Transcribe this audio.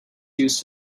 used